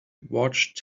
watched